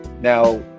Now